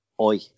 Oi